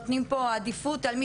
אז אנחנו בעצם נותנים פה עדיפות על מי